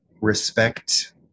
respect